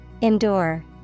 Endure